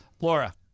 Laura